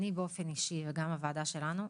אני באופן אישי וגם הוועדה שלנו,